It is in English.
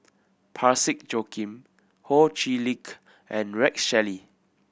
Parsick Joaquim Ho Chee Lick and Rex Shelley